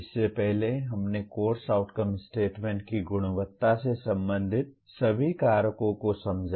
इससे पहले हमने कोर्स आउटकम स्टेटमेंट की गुणवत्ता से संबंधित सभी कारकों को समझा